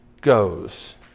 goes